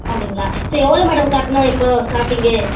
அப்படிங்களா சரி எவ்வளோ மேடம் கட்டணும் இப்போது ஸ்டார்ட்டிங்கே